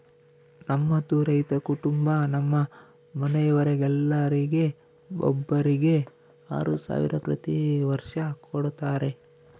ನಮ್ಮದು ರೈತ ಕುಟುಂಬ ನಮ್ಮ ಮನೆಯವರೆಲ್ಲರಿಗೆ ಒಬ್ಬರಿಗೆ ಆರು ಸಾವಿರ ಪ್ರತಿ ವರ್ಷ ಕೊಡತ್ತಾರೆ